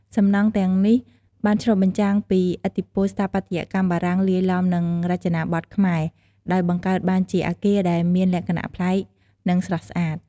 សំណង់ទាំងនេះបានឆ្លុះបញ្ចាំងពីឥទ្ធិពលស្ថាបត្យកម្មបារាំងលាយឡំនឹងរចនាបថខ្មែរ ដោយបង្កើតបានជាអគារដែលមានលក្ខណៈប្លែក និងស្រស់ស្អាត។